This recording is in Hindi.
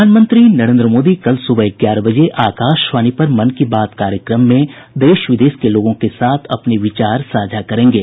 प्रधानमंत्री नरेन्द्र मोदी कल सुबह ग्यारह बजे आकाशवाणी पर मन की बात कार्यक्रम में देश विदेश के लोगों के साथ अपने विचार साझा करेंगे